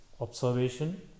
observation